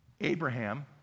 Abraham